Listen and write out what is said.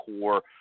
core